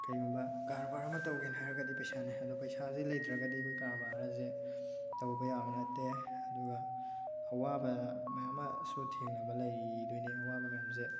ꯀꯩꯒꯨꯝꯕ ꯀꯔꯕꯥꯔ ꯑꯃ ꯇꯧꯒꯦꯅ ꯍꯥꯏꯔꯒ ꯄꯩꯁꯥꯅꯦ ꯑꯗꯣ ꯄꯩꯁꯥꯁꯦ ꯂꯩꯇ꯭ꯔꯒꯗꯤ ꯑꯩꯈꯣꯏ ꯀꯔꯕꯥꯔ ꯍꯥꯏꯁꯦ ꯇꯧꯕ ꯌꯥꯕ ꯅꯠꯇꯦ ꯑꯗꯨꯒ ꯑꯋꯥꯕ ꯃꯌꯥꯝ ꯑꯃꯁꯨ ꯊꯦꯡꯅꯕ ꯂꯩꯗꯣꯏꯅꯤ ꯑꯋꯥꯕ ꯃꯌꯥꯝꯁꯦ